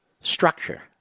structure